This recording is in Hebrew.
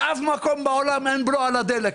באף מקום בעולם אין בלו על הדלק.